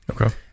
Okay